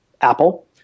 Apple